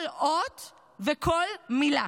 כל אות וכל מילה.